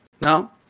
No